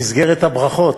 במסגרת הברכות,